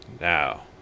Now